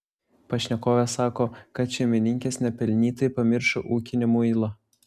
pašnekovė sako kad šeimininkės nepelnytai pamiršo ūkinį muilą